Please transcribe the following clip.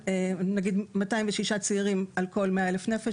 נגיד 206 צעירים על כל 100 אלף נפש,